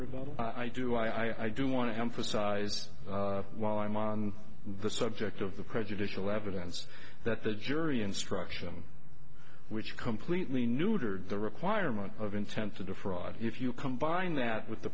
result i do i do want to emphasize while i'm on the subject of the prejudicial evidence that the jury instruction which completely neutered the requirement of intent to defraud if you combine that with the